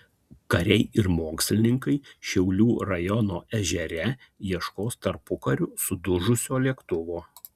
kariai ir mokslininkai šiaulių rajono ežere ieškos tarpukariu sudužusio lėktuvo